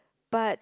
but